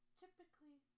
typically